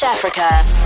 Africa